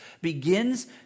begins